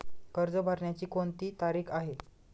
कर्ज भरण्याची कोणती तारीख आहे?